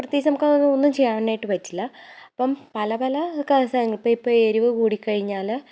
പ്രത്യേകിച്ച് നമുക്ക് ഒന്നും ചെയ്യാനായിട്ട് പറ്റില്ല അപ്പം പല പല കസ ഇപ്പോൾ ഇപ്പോൾ എരിവ് കൂടിക്കഴിഞ്ഞാൽ